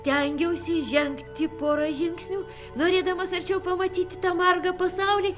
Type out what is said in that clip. tengiausi žengti porą žingsnių norėdamas arčiau pamatyti tą margą pasaulį